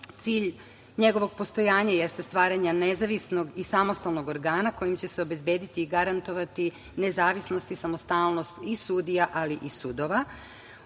Cilj njegovog postojanja jeste stvaranje nezavisnog i samostalnog organa kojim će se obezbediti i garantovati nezavisnost i samostalnost i sudija, ali i sudova.U